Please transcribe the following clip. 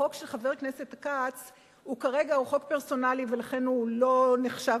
החוק של חבר הכנסת כץ הוא כרגע חוק פרסונלי ולכן הוא לא נכון.